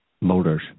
motors